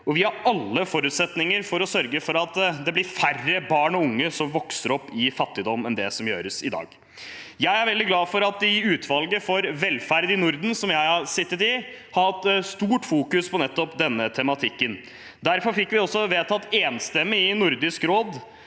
Vi har alle forutsetninger for å sørge for at det blir færre barn og unge som vokser opp i fattigdom, enn det er i dag. Jeg er veldig glad for at utvalget for velferd i Norden, som jeg har sittet i, har hatt stort fokus på nettopp denne tematikken. Derfor fikk vi også vedtatt enstemmig i Nordisk råd